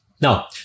Now